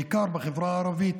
בעיקר בחברה הערבית.